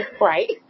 right